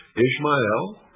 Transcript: ishmael,